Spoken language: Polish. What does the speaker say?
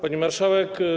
Pani Marszałek!